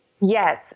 Yes